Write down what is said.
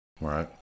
Right